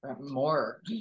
More